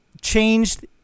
changed